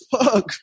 fuck